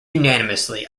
unanimously